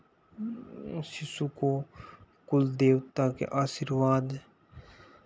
उस शिशु को कुलदेवता के आशीर्वाद